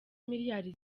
miliyari